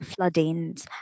floodings